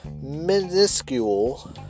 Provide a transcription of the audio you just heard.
minuscule